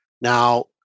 Now